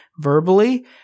verbally